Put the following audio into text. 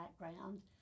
background